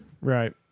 Right